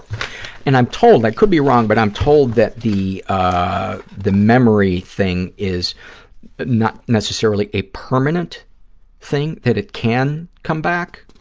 and i'm told, i could be wrong, but i'm told that the ah the memory thing is not necessarily a permanent thing, that it can come back,